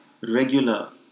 regular